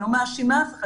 אני לא מאשימה אף אחד,